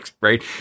right